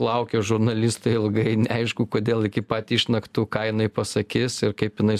laukė žurnalistai ilgai neaišku kodėl iki pat išnaktų ką jinai pasakys ir kaip jinai